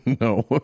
No